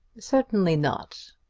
certainly not.